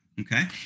okay